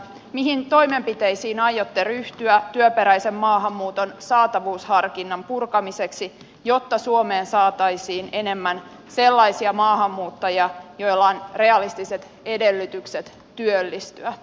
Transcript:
mihin toimenpiteisiin aiotte ryhtyä työperäisen maahanmuuton saatavuusharkinnan purkamiseksi jotta suomeen saataisiin enemmän sellaisia maahanmuuttajia joilla on realistiset edellytykset työllistyä täällä